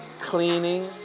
cleaning